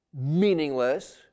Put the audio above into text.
meaningless